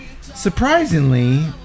surprisingly